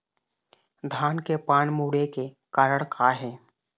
धान के पान मुड़े के कारण का हे?